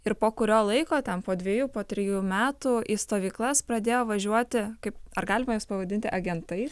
ir po kurio laiko ten po dvejų po trejų metų į stovyklas pradėjo važiuoti kaip ar galima juos pavadinti agentais